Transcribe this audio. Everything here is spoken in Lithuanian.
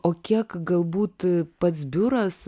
o kiek galbūt pats biuras